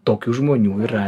tokių žmonių yra